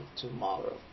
tomorrow